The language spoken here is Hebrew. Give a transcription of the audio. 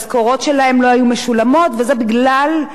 וזה בגלל מבנה שכזה,